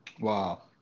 Wow